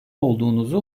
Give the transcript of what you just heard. olduğunuzu